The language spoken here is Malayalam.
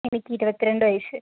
എനിക്ക് ഇരുപത്തി രണ്ട് വയസ്സ്